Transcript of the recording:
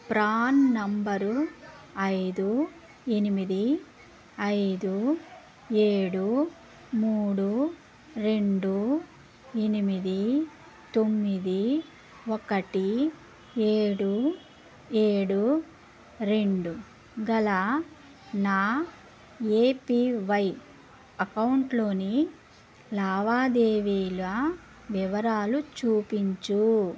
PRAN number ఐదు ఎనిమిది ఐదు ఏడు మూడు రెండు ఎనిమిది తొమ్మిది ఒకటి ఏడు ఏడు రెండు గల నా ఏపీవై అకౌంట్లోని లావాదేవీల వివరాలు చూపించుము